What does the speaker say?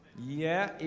yeah,